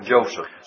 Joseph